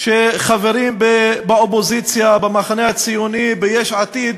שחברי באופוזיציה, במחנה הציוני, ביש עתיד,